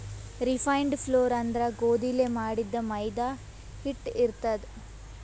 refined flour ಅಂದ್ರ ಗೋಧಿಲೇ ಮಾಡಿದ್ದ್ ಮೈದಾ ಹಿಟ್ಟ್ ಇರ್ತದ್